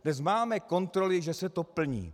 Dnes máme kontroly, že se to plní.